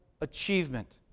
achievement